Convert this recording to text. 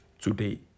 today